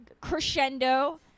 crescendo